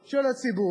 של הציבור,